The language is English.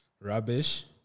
rubbish